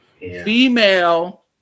Female